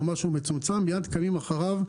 פתאום משהו מצומצם מיד קמים אחריו.